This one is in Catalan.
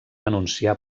anunciar